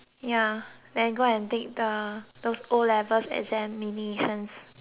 then go and take the the o-level examinations